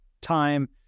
time